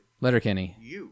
Letterkenny